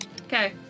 Okay